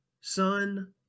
son